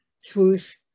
swoosh